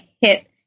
hit